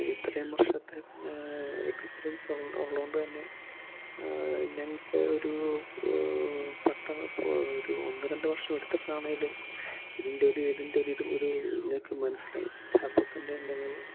ഇത്രയും വർഷത്തെ എക്സ്പീരിയൻസ് ഉള്ളതുകൊണ്ടുതന്നെ ഞങ്ങള്ക്ക് ഒരു പെട്ടെന്നിപ്പോള് ഒരു ഒന്നുരണ്ടു വർഷം എടുത്തിട്ടാണേലും ഇതിൻ്റെ ഒരു ഇതിൻ്റെ ഒരു ഇത് ഇത് ഞങ്ങള്ക്ക് മനസ്സിലായി അപ്പോള്ത്തന്നെ ഞങ്ങൾ